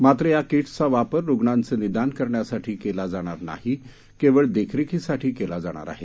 मात्र या किट्सचा वापर रुग्णांचे निदान करण्यासाठी केला जाणार नाही केवळ देखरेखीसाठी केला जाणार आहे